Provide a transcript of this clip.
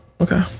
Okay